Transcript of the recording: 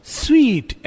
sweet